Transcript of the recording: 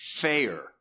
fair